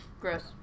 Gross